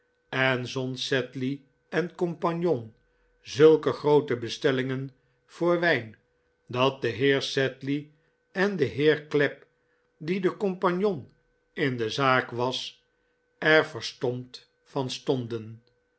en zond sedley co zulke groote bestellingen voor wijn dat de heer sedley en de heer clapp die de co in de zaak was er verstomd van stonden